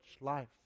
life